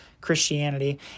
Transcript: Christianity